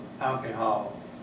alcohol